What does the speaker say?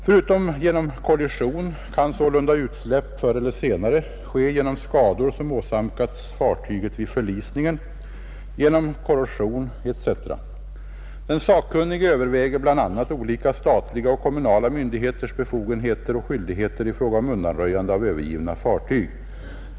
Förutom genom kollision kan sålunda utsläpp förr eller senare ske genom skador som åsamkats fartyget vid förlisningen, genom korrosion etc. Den sakkunnige överväger bl. a, olika statliga och kommunala myndigheters befogenheter och skyldigheter i fråga om undanröjande av övergivna fartyg.